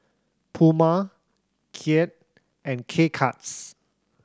Puma Kia and K Cuts